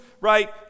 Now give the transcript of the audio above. right